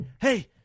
hey